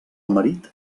marit